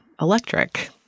Electric